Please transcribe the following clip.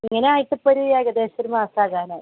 ഇങ്ങനെ ആയിട്ടിപ്പോൾ ഒരു ഏകദേശം ഒരു മാസമാകാനായി